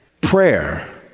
Prayer